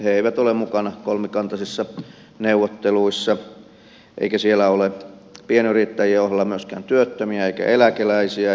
he eivät ole mukana kolmikantaisissa neuvotteluissa eikä siellä ole pienyrittäjien ohella myöskään työttömiä eikä eläkeläisiä